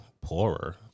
poorer